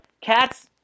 cats